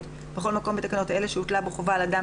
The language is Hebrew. בסוף יש דבר אחד שעובד וזה המתווה של רת"א.